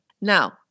Now